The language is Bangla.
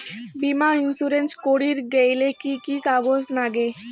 বীমা ইন্সুরেন্স করির গেইলে কি কি কাগজ নাগে?